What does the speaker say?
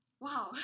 Wow